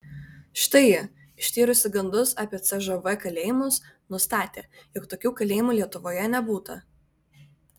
štai ji ištyrusi gandus apie cžv kalėjimus nustatė jog tokių kalėjimų lietuvoje nebūta